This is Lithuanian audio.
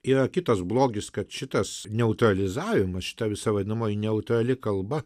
yra kitas blogis kad šitas neutralizavimas šita visa vadinamoji neutrali kalba